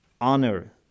honor